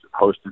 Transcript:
hosted